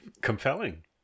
compelling